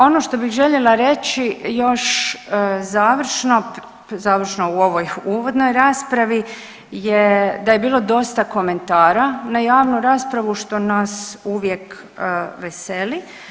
Ono što bih željela reći još završno, završno u ovoj uvodnoj raspravi je da je bilo dosta komentara na javnu raspravu, što nas uvijek veseli.